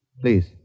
Please